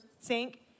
sink